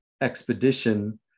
expedition